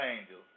angels